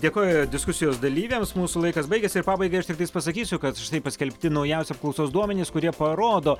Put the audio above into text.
dėkoju diskusijos dalyviams mūsų laikas baigėsi ir pabaigai aš tiktai pasakysiu kad štai paskelbti naujausi apklausos duomenys kurie parodo